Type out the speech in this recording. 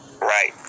right